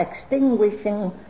extinguishing